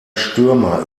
stürmer